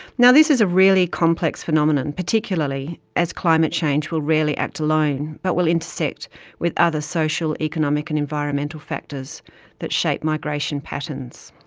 now this is a really complex phenomenon particularly as climate change will rarely act alone, but will intersect with other social, economic and environmental factors that shape migration patterns.